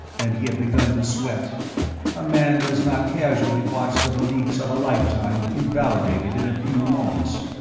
and he had begun to sweat a man does not casually watch the beliefs of a lifetime invalidated in a few moments.